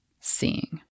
seeing